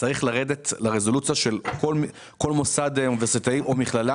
צריך לרדת לרזולוציה של כל מוסד אוניברסיטאי או מכללה